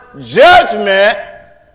judgment